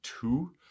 two